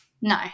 no